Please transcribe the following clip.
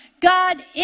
God